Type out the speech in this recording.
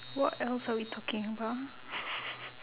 what else are we talking about